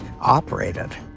operated